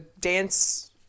dance